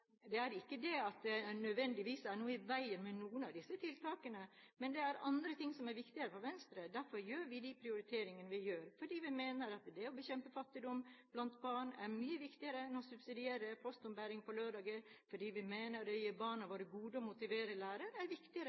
Det er ikke det at det nødvendigvis er noe i veien med noen av disse tiltakene, men det er andre ting som er viktigere for Venstre. Derfor gjør vi de prioriteringene vi gjør – fordi vi mener at det å bekjempe fattigdom blant barn er mye viktigere enn å subsidiere postombæring på lørdager, fordi vi mener at det å gi barna våre gode og motiverte lærere er viktigere